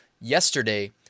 yesterday